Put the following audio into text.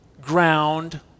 ground